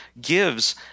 gives